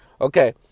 okay